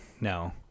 No